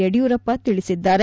ಯಡಿಯೂರಪ್ಪ ತಿಳಿಸಿದ್ದಾರೆ